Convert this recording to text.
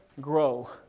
Grow